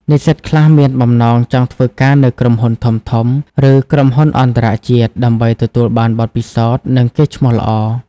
និស្សិតខ្លះមានបំណងចង់ធ្វើការនៅក្រុមហ៊ុនធំៗ ឬក្រុមហ៊ុនអន្តរជាតិ ដើម្បីទទួលបានបទពិសោធន៍ និងកេរ្តិ៍ឈ្មោះល្អ។